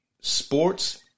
Sports